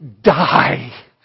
die